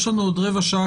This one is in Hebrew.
יש עוד רבע שעה.